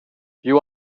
you